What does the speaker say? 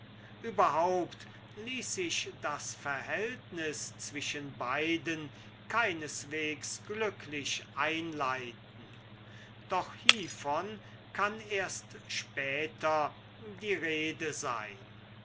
überhaupt ließ sich das verhältnis zwischen beiden keineswegs glücklich einleiten doch hievon kann erst später die rede sein